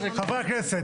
חברי הכנסת.